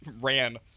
Ran